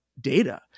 data